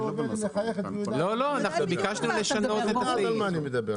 ביקשנו לשנות את הסעיף.